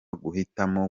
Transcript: guhitamo